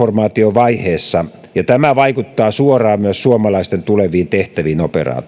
on transformaatiovaiheessa ja tämä vaikuttaa suoraan myös suomalaisten tuleviin tehtäviin operaatiossa tärkeää